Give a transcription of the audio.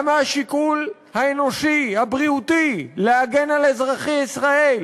גם השיקול האנושי, הבריאותי, להגן על אזרחי ישראל,